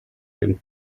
dem